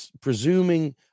presuming